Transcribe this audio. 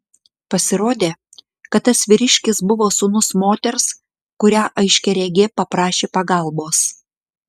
pasirodė kad tas vyriškis buvo sūnus moters kurią aiškiaregė paprašė pagalbos